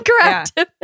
correct